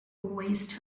waste